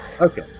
Okay